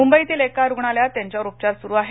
मुंबईतील एका रुग्णालयात त्यांच्यावर उपचार सुरु आहेत